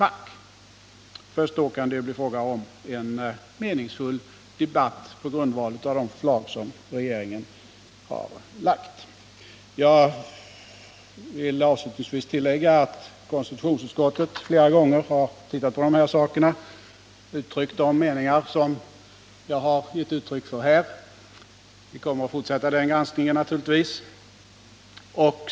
Först då kan det bli fråga om en meningsfull debatt på grundval av de förslag som regeringen har lagt fram. Jag vill avslutningsvis tillägga att konstitutionsutskottet flera gånger har behandlat dessa frågor och framfört de meningar som jag här har givit uttryck för. Vi kommer naturligtvis att fortsätta denna granskning.